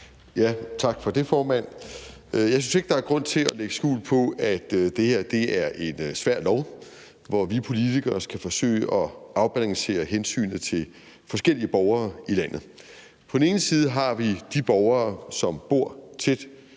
Tak for det, formand. Jeg synes ikke, der er grund til at lægge skjul på, at det her er en svær lov, hvor vi politikere skal forsøge at afbalancere hensynet til forskellige borgere i landet. Der er de borgere, som bor i